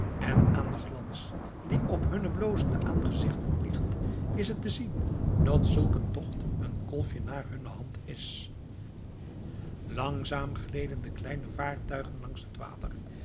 en aan den glans die op hunne blozende aangezichten ligt is het te zien dat zulk een tocht een kolfje naar hunne hand is langzaam gleden de kleine vaartuigen langs het water